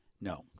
No